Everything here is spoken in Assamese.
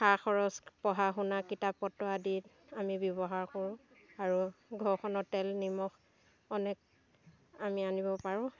খা খৰচ পঢ়া শুনা কিতাপ পত্ৰ আদিত আমি ব্যৱহাৰ কৰোঁ আৰু ঘৰখনত তেল নিমখ অনেক আমি আনিব পাৰোঁ